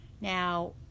Now